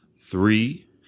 three